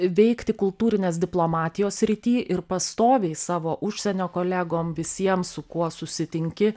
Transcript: veikti kultūrinės diplomatijos srity ir pastoviai savo užsienio kolegom visiem su kuo susitinki